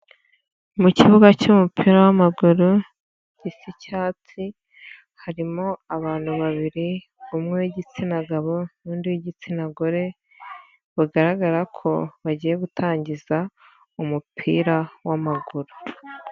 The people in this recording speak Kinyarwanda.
Mu kibuga cy'umupira w'amaguru gisa icyatsi harimo abantu babiri umwe w'igitsina gabo n'undi w'igitsina gore bagaragara ko bagiye gutangiza umupira w'amaguru.